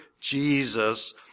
Jesus